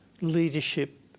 leadership